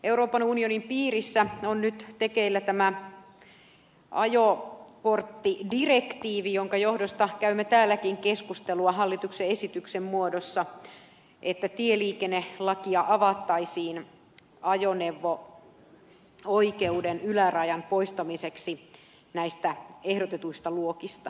euroopan unionin piirissä on nyt tekeillä tämä ajokorttidirektiivi jonka johdosta käymme täälläkin keskustelua hallituksen esityksestä että tieliikennelakia avattaisiin ajoneuvo oikeuden ylärajan poistamiseksi näistä ehdotetuista luokista